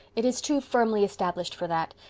it is too firmly established for that,